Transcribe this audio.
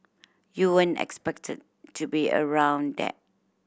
you weren't expected to be around that